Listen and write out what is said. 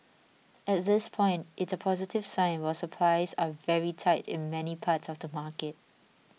at this point it's a positive sign while supplies are very tight in many parts of the market